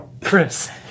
Chris